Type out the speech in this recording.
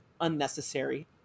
unnecessary